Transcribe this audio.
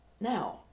now